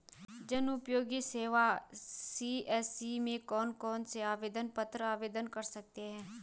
जनउपयोगी सेवा सी.एस.सी में कौन कौनसे आवेदन पत्र आवेदन कर सकते हैं?